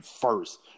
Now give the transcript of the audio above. first